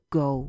go